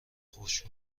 خشک